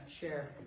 share